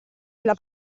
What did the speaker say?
della